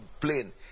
plane